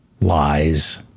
Lies